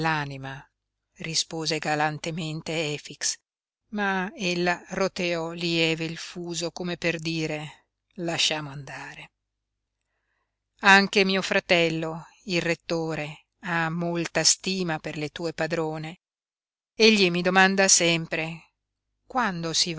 nell'anima rispose galantemente efix ma ella roteò lieve il fuso come per dire lasciamo andare anche mio fratello il rettore ha molta stima per le tue padrone egli mi domanda sempre quando si